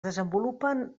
desenvolupen